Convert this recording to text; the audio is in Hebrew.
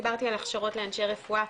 דיברתי על הכשרות לאנשי רפואה,